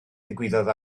ddigwyddodd